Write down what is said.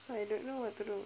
I don't know what to do